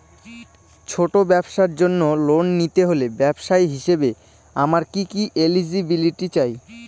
ছোট ব্যবসার জন্য লোন নিতে হলে ব্যবসায়ী হিসেবে আমার কি কি এলিজিবিলিটি চাই?